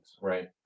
Right